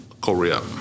Korea